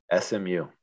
SMU